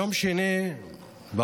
ביום שני בבוקר